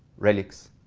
relics,